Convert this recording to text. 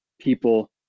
people